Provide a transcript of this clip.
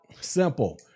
Simple